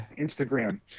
Instagram